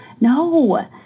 no